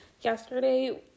Yesterday